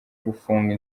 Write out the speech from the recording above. gufunga